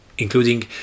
Including